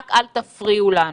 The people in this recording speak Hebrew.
רק אל תפריעו לנו.